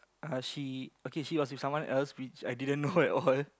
uh she okay she was with someone else which I didn't know at all